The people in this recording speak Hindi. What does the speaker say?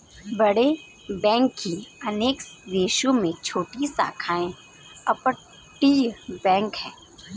बड़े बैंक की अनेक देशों में छोटी शाखाओं अपतटीय बैंक है